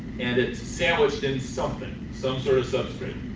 and it's sandwiched in something, some sort of substrate.